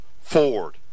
Ford